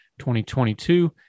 2022